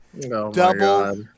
Double